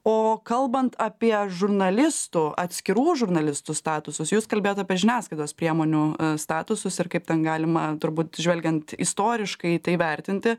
o kalbant apie žurnalistų atskirų žurnalistų statusus jūs kalbėjot apie žiniasklaidos priemonių statusus ir kaip ten galima turbūt žvelgiant istoriškai tai vertinti